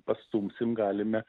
pastumsim galime